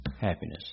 Happiness